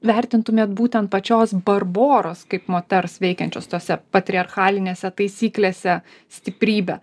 vertintumėt būtent pačios barboros kaip moters veikiančios tose patriarchalinėse taisyklėse stiprybę